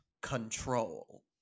control